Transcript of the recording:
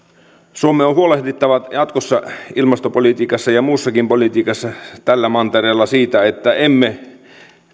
suomen on huolehdittava jatkossa ilmastopolitiikassa ja muussakin politiikassa tällä mantereella siitä että emme